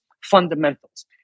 fundamentals